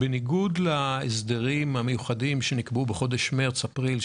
בניגוד להסדרים המיוחדים שנקבעו בחודשים מרץ ואפריל,